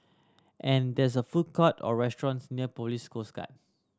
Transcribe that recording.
and there's a food court or restaurants near Police Coast Guard